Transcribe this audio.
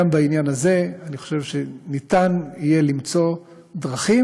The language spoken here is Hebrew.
גם בעניין הזה אני חושב שיהיה אפשר למצוא דרכים,